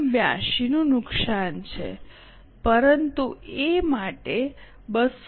82 નું નુકસાન છે પરંતુ એ માટે 253